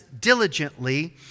diligently